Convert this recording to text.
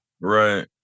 Right